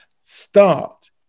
start